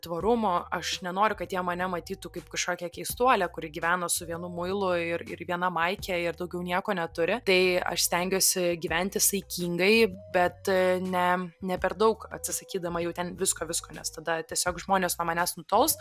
tvarumo aš nenoriu kad jie mane matytų kaip kažkokią keistuolę kuri gyveno su vienu muilu ir ir viena maike ir daugiau nieko neturi tai aš stengiuosi gyventi saikingai bet ne ne per daug atsisakydama jau ten visko visko nes tada tiesiog žmonės nuo manęs nutols